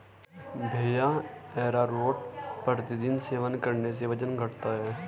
भैया अरारोट प्रतिदिन सेवन करने से वजन घटता है